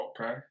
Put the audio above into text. Okay